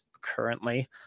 currently